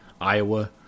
Iowa